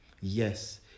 yes